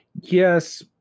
Yes